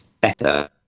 better